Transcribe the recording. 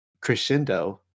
Crescendo